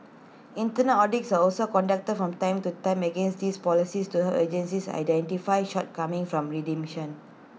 internal audits are also conducted from time to time against these policies to agencies identify shortcomings form remediation